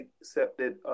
accepted